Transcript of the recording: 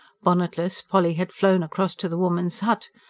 bonnetless, polly had flown across to the woman's hut.